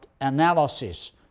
analysis